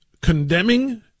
condemning